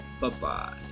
Bye-bye